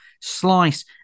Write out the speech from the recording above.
slice